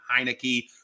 Heineke